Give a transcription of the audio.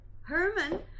Herman